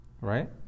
Right